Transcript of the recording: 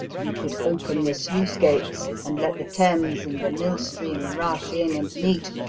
you could open the sluice gates and let the thames and the mill stream rush in and meet,